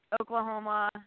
Oklahoma